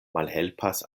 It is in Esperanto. malhelpas